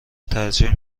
ترجیح